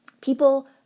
People